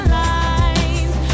lines